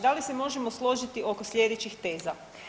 Da li se možemo složiti oko slijedećih teza?